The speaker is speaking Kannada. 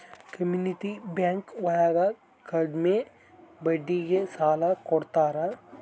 ಕಮ್ಯುನಿಟಿ ಬ್ಯಾಂಕ್ ಒಳಗ ಕಡ್ಮೆ ಬಡ್ಡಿಗೆ ಸಾಲ ಕೊಡ್ತಾರೆ